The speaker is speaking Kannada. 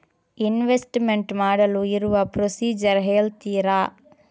ಇನ್ವೆಸ್ಟ್ಮೆಂಟ್ ಮಾಡಲು ಇರುವ ಪ್ರೊಸೀಜರ್ ಹೇಳ್ತೀರಾ?